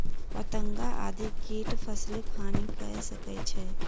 पतंगा आदि कीट फसिलक हानि कय सकै छै